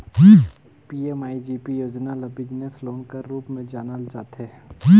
PMEGP योजना ल business loan कर रूप में जानल जाथे